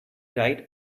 right